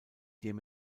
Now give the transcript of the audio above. dem